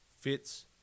fits